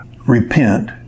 Repent